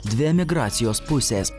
dvi emigracijos pusės